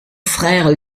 frère